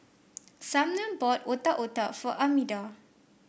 Sumner bought Otak Otak for Armida